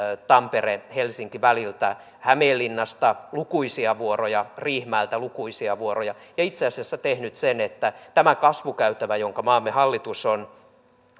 tampere helsinki väliltä hämeenlinnasta lukuisia vuoroja ja riihimäeltä lukuisia vuoroja ja itse asiassa tehnyt sen että tämä kasvukäytävä jonka maamme hallitus on